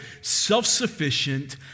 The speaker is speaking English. self-sufficient